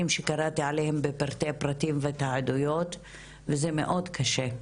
שקראתי עליהם בפרטי פרטים ואת העדויות וזה מאוד קשה.